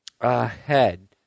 ahead